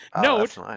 Note